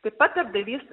taip pat darbdavys